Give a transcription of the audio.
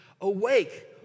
Awake